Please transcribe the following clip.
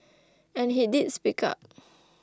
and he did speak up